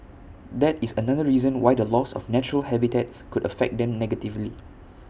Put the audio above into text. that is another reason why the loss of natural habitats could affect them negatively